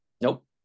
nope